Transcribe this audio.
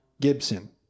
gibson